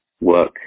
work